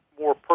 more